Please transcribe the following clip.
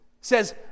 says